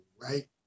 right